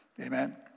Amen